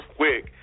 quick